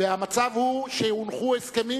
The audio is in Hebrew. והמצב הוא שהונחו הסכמים,